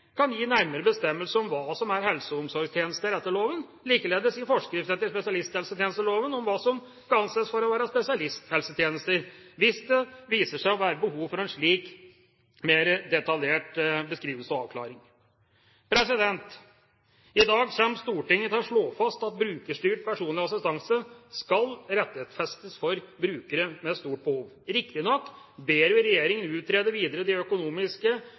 kan gi nærmere bestemmelser om hva som er helse- og omsorgstjenester etter loven, og likeledes gi forskrift etter spesialisthelsetjenesteloven om hva som skal anses for å være spesialisthelsetjenester – hvis det viser seg å være behov for en slik mer detaljert beskrivelse og avklaring. I dag kommer Stortinget til å slå fast at brukerstyrt personlig assistanse skal rettighetsfestes for brukere med stort behov. Riktignok ber vi regjeringa utrede videre de økonomiske